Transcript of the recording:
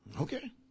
Okay